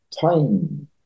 time